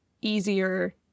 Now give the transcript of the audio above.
easier